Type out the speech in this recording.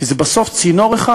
כי זה בסוף צינור אחד,